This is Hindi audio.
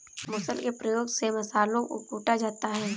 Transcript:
मुसल के प्रयोग से मसालों को कूटा जाता है